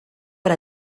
per